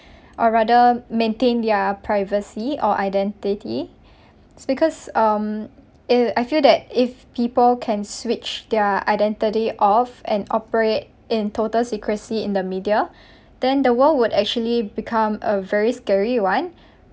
or rather maintain their privacy or identity because um if I feel that if people can switch their identity off and operate in total secrecy in the media then the world would actually become a very scary one